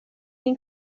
این